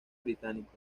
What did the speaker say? británicos